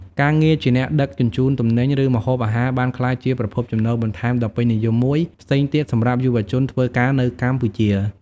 ការងារជាអ្នកដឹកជញ្ជូនទំនិញ ឬម្ហូបអាហារបានក្លាយជាប្រភពចំណូលបន្ថែមដ៏ពេញនិយមមួយផ្សេងទៀតសម្រាប់យុវជនធ្វើការនៅកម្ពុជា។